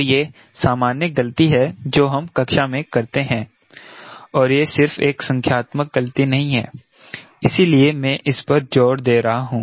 तो यह सामान्य गलती है जो हम कक्षा में करते हैं और यह सिर्फ एक संख्यात्मक गलती नहीं है इसीलिए मैं इस पर जोर दे रहा हूं